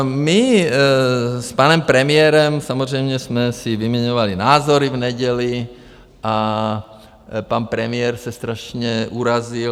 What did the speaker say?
My s panem premiérem samozřejmě jsme si vyměňovali názory v neděli a pan premiér se strašně urazil.